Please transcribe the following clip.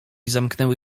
zamknęły